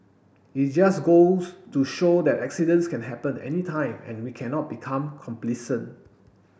it just goes to show that accidents can happen anytime and we cannot become complacent